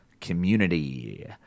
community